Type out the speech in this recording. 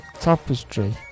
Tapestry